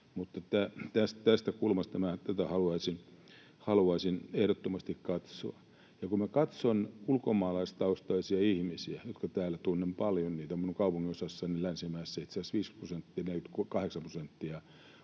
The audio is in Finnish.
tästä kulmasta minä tätä haluaisin ehdottomasti katsoa. Kun minä katson ulkomaalaistaustaisia ihmisiä, joita täällä tunnen paljon — minun kaupunginosassani Länsimäessä itse asiassa 48 prosenttia